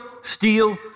steal